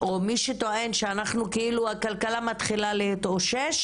או מי שטוען שאנחנו כאילו הכלכלה מתחילה להתאושש